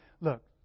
look